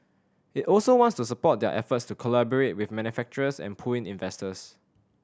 it also wants to support their efforts to collaborate with manufacturers and pull in investors